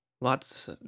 Lots